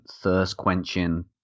thirst-quenching